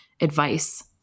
advice